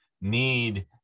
need